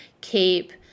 keep